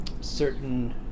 certain